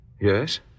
Yes